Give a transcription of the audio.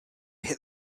hit